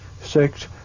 six